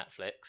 Netflix